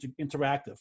interactive